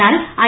എന്നാൽ ഐ